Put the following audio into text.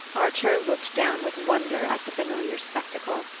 archer looked down with wonder at the familiar spectacle.